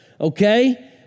okay